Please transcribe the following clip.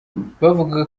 bavugaga